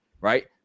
right